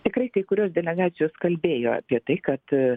tikrai kai kurios delegacijos kalbėjo apie tai kad